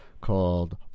called